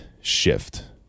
shift